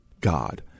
God